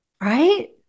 right